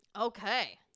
Okay